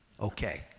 Okay